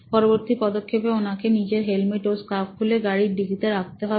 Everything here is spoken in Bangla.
পরবর্তী পদক্ষেপে ওনাকে নিজের হেলমেট ও স্কার্ফ খুলে গাড়ির ডিকিতে রাখতে হবে